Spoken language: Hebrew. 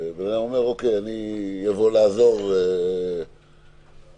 שבדבר כזה צריך לבוא ולהגיד שאתה יכול להתמודד בעניין הזה,